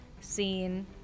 scene